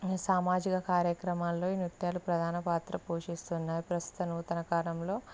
ఈ సామాజిక కార్యక్రమాలలో ఈ నృత్యాలు పాత్ర పోషిస్తున్నాయి ప్రస్తుత నూతన కాలంలో